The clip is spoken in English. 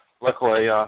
luckily –